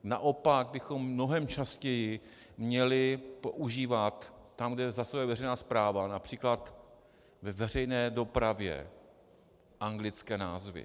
Naopak bychom mnohem častěji měli používat tam, kde zasahuje veřejná správa, například ve veřejné dopravě, anglické názvy.